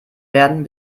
werden